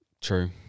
True